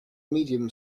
medium